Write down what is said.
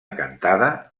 cantada